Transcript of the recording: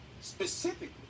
specifically